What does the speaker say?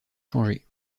changé